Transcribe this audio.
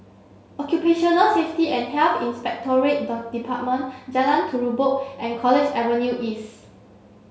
Occupational Safety and Health Inspectorate Department Jalan Terubok and College Avenue East